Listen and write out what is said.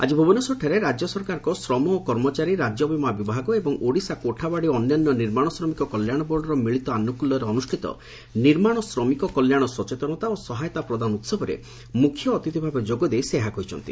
ଆକି ଭୁବନେଶ୍ୱରଠାରେ ରାଜ୍ୟ ସରକାରଙ୍କ ଶ୍ରମ ଓ କର୍ମଚାରୀ ରାଜ୍ୟବୀମା ବିଭାଗ ଏବଂ ଓଡ଼ିଶା କୋଠାବାଡ଼ି ଓ ଅନ୍ୟାନ୍ୟ ନିର୍ମାଶ ଶ୍ରମିକ କଲ୍ୟାଶ ବୋର୍ଡର ମିଳିତ ଆନୁକୁଲ୍ୟରେ ଅନୁଷ୍ବିତ ନିର୍ମାଣ ଶ୍ରମିକ କଲ୍ୟାଶ ସଚେତନତା ଓ ସହାୟତା ପ୍ରଦାନ ଉହବରେ ମୁଖ୍ୟ ଅତିଥି ଭାବେ ଯୋଗ ଦେଇ ସେ ଏହା କହିଛନ୍ତି